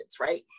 right